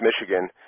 Michigan